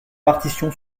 partition